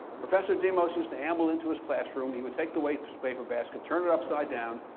professor demos used to amble into his classroom. he would take the wastepaper basket, turn it upside down,